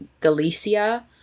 Galicia